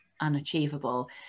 unachievable